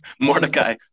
Mordecai